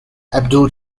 abdul